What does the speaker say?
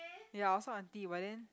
ya I also auntie but then